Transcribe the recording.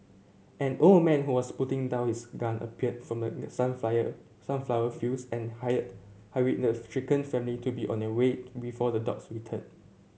an old man who was putting down his gun appeared from the sunflower fields and hired hurried the shaken family to be on their way before the dogs return